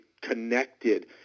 connected